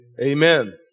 amen